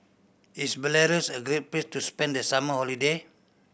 is Belarus a good place to spend the summer holiday